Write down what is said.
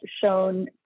shown